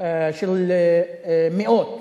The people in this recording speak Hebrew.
של מאות